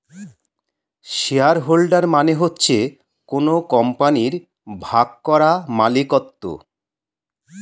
share holder মানে হচ্ছে কোন কোম্পানির ভাগ করা মালিকত্ব